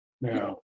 Now